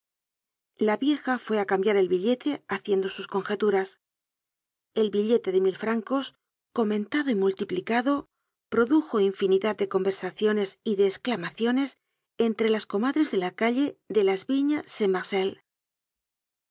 la vieja fué á cambiar el billete haciendo sus conjeturas el billete de mil francos comentado y multiplicado produjo infinidad de conversaciones y de csclamaciones entre las comadres de la calle de las vignes saint marccl